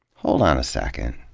hold on a second.